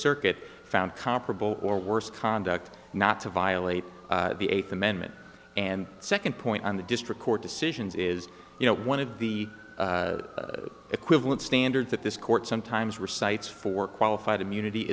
circuit found comparable or worst conduct not to violate the eighth amendment and second point on the district court decisions is you know one of the equivalence standards that this court sometimes recites for qualified immunity